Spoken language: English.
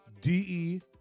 D-E